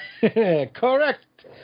Correct